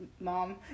mom